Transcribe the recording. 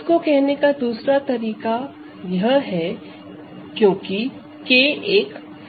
इसको कहने का यह दूसरा तरीका है क्योंकि K एक फील्ड है